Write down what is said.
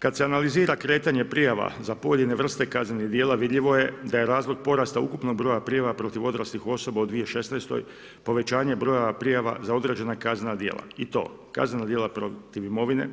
Kad se analizira kretanje prijava za pojedine vrste kaznenih djela, vidljivo je da je razlog porasta ukupnog broja prijava protiv odraslih osoba u 2016. povećanje broja prijava za određena kaznena djela i to kazneno djelo protiv imovine,